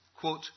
Quote